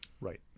Right